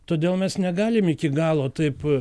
todėl mes negalim iki galo taip